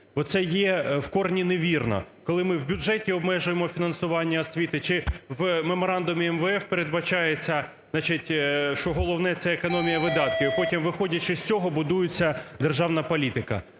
Оце є в корні невірно, коли ми в бюджеті обмежуємо фінансування освіти чи в меморандумі МВФ передбачається, значить, що головне – це економія видатків, а потім, виходячи з цього, будується державна політика.